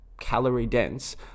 calorie-dense